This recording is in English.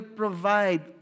provide